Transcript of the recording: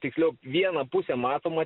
tiksliau viena pusė matoma